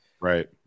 Right